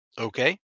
Okay